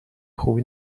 خوبی